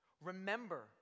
Remember